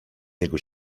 niego